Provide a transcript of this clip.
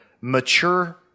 mature